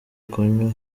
kunywa